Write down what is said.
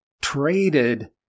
traded